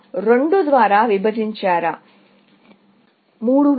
2 ద్వారా విభజించారా